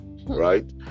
right